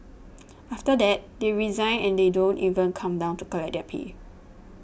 after that they resign and they don't even come down to collect their pay